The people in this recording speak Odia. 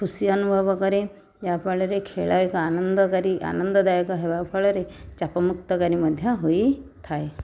ଖୁସି ଅନୁଭବ କରେ ଯାହା ଫଳରେ ଖେଳ ଏକ ଆନନ୍ଦକାରୀ ଆନନ୍ଦଦାୟକ ହେବା ଫଳରେ ଚାପମୁକ୍ତକାରୀ ମଧ୍ୟ ହୋଇଥାଏ